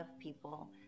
people